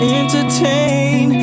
entertain